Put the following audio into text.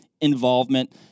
involvement